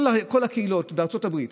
כל הקהילות בארצות הברית,